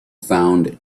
found